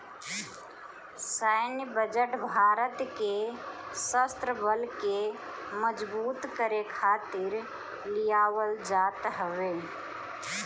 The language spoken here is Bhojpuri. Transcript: सैन्य बजट भारत के शस्त्र बल के मजबूत करे खातिर लियावल जात हवे